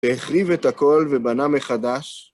להחליף את הכל ובנה מחדש.